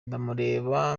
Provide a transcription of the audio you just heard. ndamureba